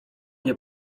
nie